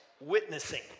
witnessing